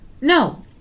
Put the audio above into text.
No